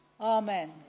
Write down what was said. amen